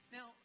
Now